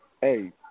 Hey